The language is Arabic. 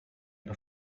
إلى